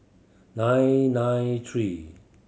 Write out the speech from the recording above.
nine nine three